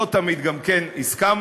לא תמיד גם הסכמנו,